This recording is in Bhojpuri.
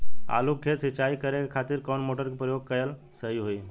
आलू के खेत सिंचाई करे के खातिर कौन मोटर के प्रयोग कएल सही होई?